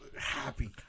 happy